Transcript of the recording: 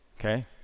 okay